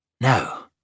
No